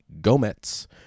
Gomez